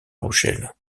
rochelle